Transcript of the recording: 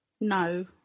No